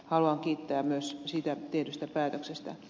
haluan kiittää myös siitä tehdystä päätöksestä